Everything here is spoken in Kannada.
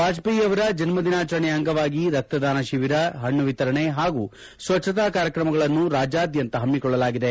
ವಾಜಪೇಯಿ ಅವರ ಜನ್ಮದಿನಾಚರಣೆಯ ಅಂಗವಾಗಿ ರಕ್ತದಾನ ಶಿಬಿರ ಹಣ್ಣು ಹಾಗೂ ಸ್ವಚ್ಚತಾ ಕಾರ್ಯಕ್ರಮಗಳನ್ನು ರಾಜ್ಯಾದ್ಯಂತ ಹಮ್ಮಿಕೊಳ್ಳಲಾಗಿದೆ